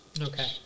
Okay